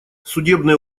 судебные